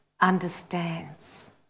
understands